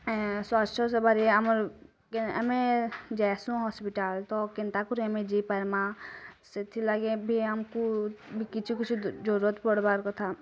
ସ୍ଵାସ୍ତ୍ୟ ସେବାରେ ଆମର୍ ଆମେ ଜେସୁଁ ହସ୍ପିଟାଲ୍ କେନ୍ତା କରି ଆମେ ଯେ ପାର୍ମା ସେଥିଲାଗି ବି ଆମ୍କୁ ବିକିଛୁ କିଛି ଜରୁରତ୍ ପଡ଼ବାର୍ କଥା